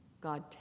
God